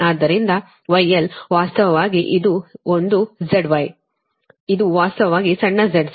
ಆದ್ದರಿಂದ γl ವಾಸ್ತವವಾಗಿ ಇದು ಒಂದು ZY ಇದು ವಾಸ್ತವವಾಗಿ ಸಣ್ಣ z ಸರಿನಾ